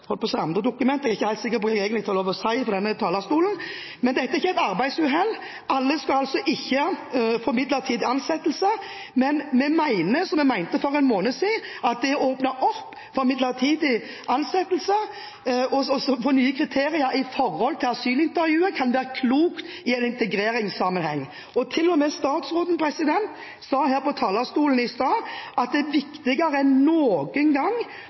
er ikke helt sikker på hva det egentlig er lov til å si fra denne talerstolen. Dette er ikke et arbeidsuhell. Alle skal altså ikke få midlertidig arbeidstillatelse, men vi mener, som vi mente for en måned siden, at det å åpne for midlertidig arbeidstillatelse og så få nye kriterier når det gjelder asylintervjuet, kan være klokt i en integreringssammenheng. Til og med statsråden sa fra talerstolen i stad at det er viktigere enn noen gang